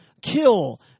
kill